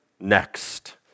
next